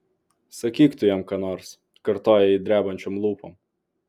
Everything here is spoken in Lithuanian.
sakyk tu jam ką nors kartoja ji drebančiom lūpom